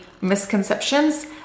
misconceptions